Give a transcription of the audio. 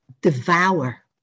devour